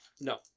No